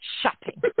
shopping